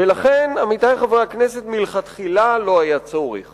ולכן מלכתחילה לא היה צורך